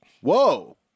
Whoa